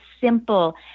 simple